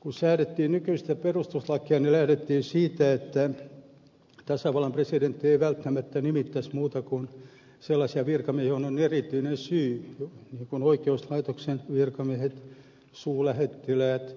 kun säädettiin nykyistä perustuslakia lähdettiin siitä että tasavallan presidentti ei välttämättä nimittäisi muita kuin sellaisia virkamiehiä joiden kohdalla on erityinen syy kuten oikeuslaitoksen virkamiehet suurlähettiläät